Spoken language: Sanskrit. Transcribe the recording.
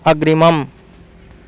अग्रिमम्